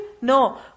No